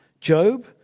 Job